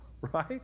Right